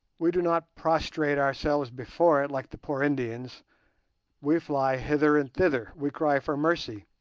we do not prostrate ourselves before it like the poor indians we fly hither and thither we cry for mercy